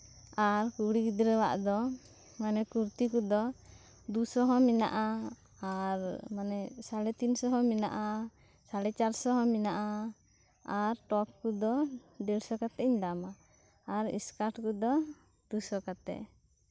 ᱢᱟᱱᱮ ᱠᱩᱲᱤ ᱜᱤᱫᱽᱨᱟᱹ ᱟᱜ ᱫᱚ ᱢᱟᱱᱮ ᱠᱩᱨᱛᱷᱤ ᱠᱚᱫᱚ ᱫᱩᱥᱚ ᱦᱚᱸ ᱢᱮᱱᱟᱜᱼᱟ ᱟᱨ ᱢᱟᱱᱮ ᱥᱟᱲᱮ ᱛᱤᱱᱥᱚ ᱦᱚᱸ ᱢᱮᱱᱟᱜᱼᱟ ᱥᱟᱲᱮ ᱪᱟᱨᱥᱚ ᱦᱚᱸ ᱢᱮᱱᱟᱜᱼᱟ ᱟᱨ ᱴᱚᱯ ᱠᱚᱫᱚ ᱫᱮᱲᱥᱚ ᱠᱟᱛᱮᱫ ᱤᱧ ᱫᱟᱢ ᱟᱫᱼᱟ ᱟᱨ ᱥᱠᱟᱨᱴ ᱠᱚᱫᱚ ᱫᱩᱥᱚ ᱠᱟᱛᱮᱫ